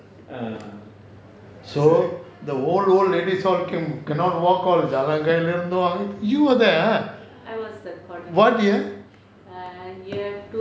so the old old ladies all came cannot walk all java gangnam you were there [what] year warhol navy thought can cannot walk out of java gangnam non you or that one year